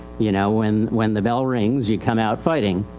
you know, when, when the bell rings you come out fighting.